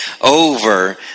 over